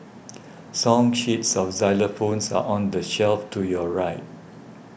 song sheets for xylophones are on the shelf to your right